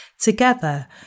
Together